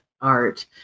art